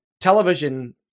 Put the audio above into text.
television